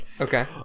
Okay